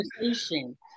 conversation